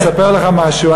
אספר לך משהו.